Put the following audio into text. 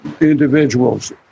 individuals